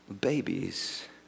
babies